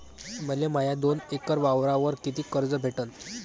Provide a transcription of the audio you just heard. मले माया दोन एकर वावरावर कितीक कर्ज भेटन?